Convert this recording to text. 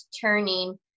turning